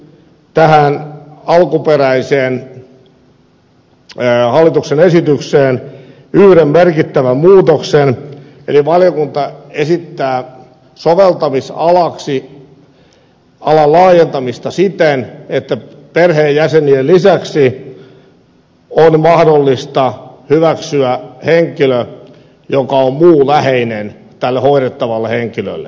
valiokunta teki tähän alkuperäiseen hallituksen esitykseen yhden merkittävän muutoksen eli valiokunta esittää soveltamisalan laajentamista siten että perheenjäsenien lisäksi on mahdollista hyväksyä henkilö joka on hoidettavalle henkilölle muu läheinen